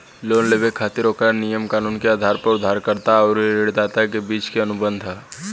loan लेबे खातिर ओकरा नियम कानून के आधार पर उधारकर्ता अउरी ऋणदाता के बीच के अनुबंध ह